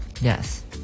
Yes